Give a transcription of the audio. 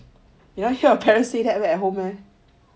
you never hear your parent say that at home meh